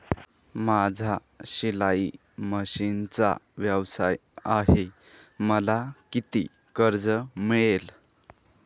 माझा शिलाई मशिनचा व्यवसाय आहे मला किती कर्ज मिळेल?